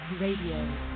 Radio